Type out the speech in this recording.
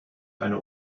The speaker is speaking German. eine